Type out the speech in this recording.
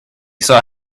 saw